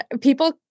people